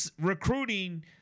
recruiting